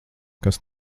kas